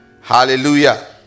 Hallelujah